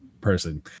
person